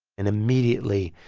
and immediately,